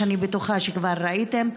שאני בטוחה שכבר ראיתם,